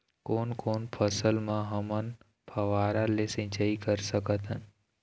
कोन कोन फसल म हमन फव्वारा ले सिचाई कर सकत हन?